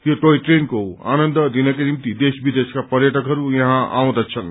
यो टोय ट्रेनको आनन्द लिनकै निम्ति देश विदेशवा पर्यटकहरू यहाँ औँउदछनु